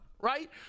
right